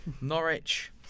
Norwich